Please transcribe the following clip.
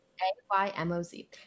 A-Y-M-O-Z